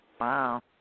Wow